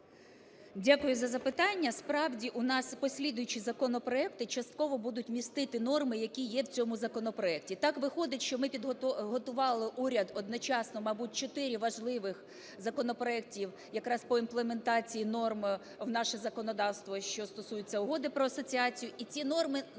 Дякую за запитання. Справді, у нас послідуючі законопроекти частково будуть містити норми, які є в цьому законопроекті. Так виходить, що ми готували… уряд одночасно, мабуть, чотири важливих законопроектів якраз по імплементації норм в наше законодавство, що стосується Угоди про асоціацію. І ці норми нам дуже